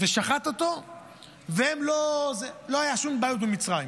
ושחט אותו ולא היו שום בעיות במצרים.